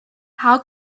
how